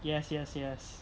yes yes yes